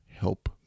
help